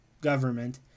government